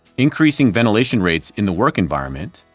increasing ventilation rates in the work environment,